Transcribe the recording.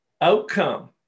outcome